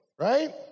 right